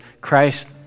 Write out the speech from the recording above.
Christ